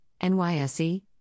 NYSE